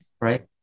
right